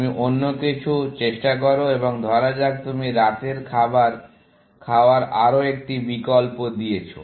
তুমি অন্য কিছু চেষ্টা করো এবং ধরা যাক তুমি রাতের খাবার খাওয়ার আরো একটা বিকল্প দিয়েছো